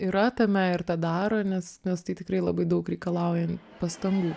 yra tame ir tą daro nes nes tai tikrai labai daug reikalauja pastangų